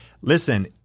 Listen